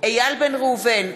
איל בן ראובן,